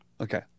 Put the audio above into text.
Okay